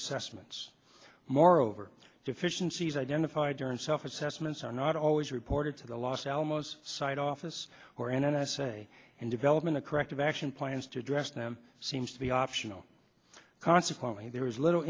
assessments moreover deficiencies identified during self assessments are not always reported to the los alamos site office or n s a and development of corrective action plans to address them seems to be optional consequently there is little